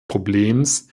problems